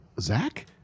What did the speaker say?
Zach